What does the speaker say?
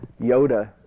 Yoda